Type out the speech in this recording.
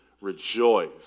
rejoice